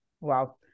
wow